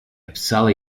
uppsala